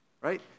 right